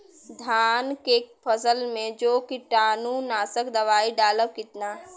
धान के फसल मे जो कीटानु नाशक दवाई डालब कितना?